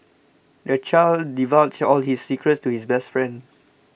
the child divulged all his secrets to his best friend